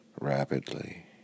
rapidly